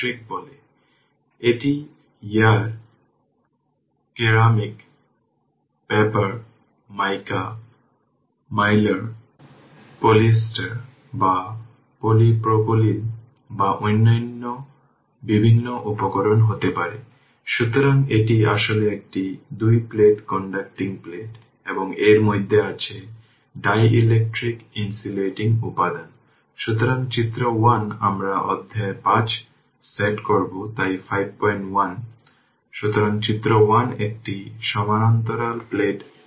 সুতরাং সেই ক্ষেত্রে আমি বলতে পারি যে t 0 উদাহরণস্বরূপ সুতরাং এই ক্ষেত্রে কোন আউটপুট i 3 থাকবে না যে v12 হল 0 যে v12 vt 0 কিন্তু যখন সুইচ পজিশন এটি থেকে এই পর্যন্ত চলে গিয়েছিল তখন আমি বলতে চাইছি এটি যখন সেখানে থাকে তখন এটির সাথে কানেক্টেড থাকে